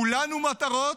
כולנו מטרות,